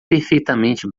perfeitamente